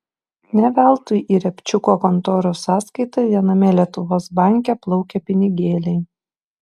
ne veltui į riabčiuko kontoros sąskaitą viename lietuvos banke plaukia pinigėliai